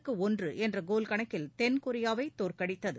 க்கு ஒன்று என்ற கோல் கணக்கில் தென்கொரியாவை தோற்கடித்தது